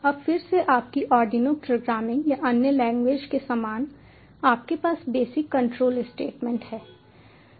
अब फिर से आपकी आर्डिनो प्रोग्रामिंग या अन्य लैंग्वेजेज के समान आपके पास बेसिक कंट्रोल स्टेटमेंट हैं